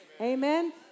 Amen